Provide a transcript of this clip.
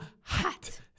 hot